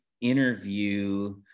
interview